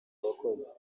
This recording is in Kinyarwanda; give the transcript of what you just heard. abakozi